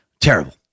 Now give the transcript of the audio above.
Terrible